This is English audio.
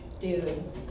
Dude